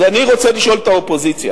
אז אני רוצה לשאול את האופוזיציה